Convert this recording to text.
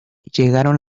llegaron